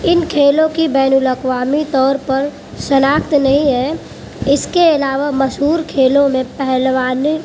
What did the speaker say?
ان کھیلوں کی بین الاقوامی طور پر شناخت نہیں ہے اس کے علاوہ مشہور کھیلوں میں پہلوانی